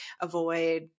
avoid